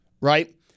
right